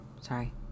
sorry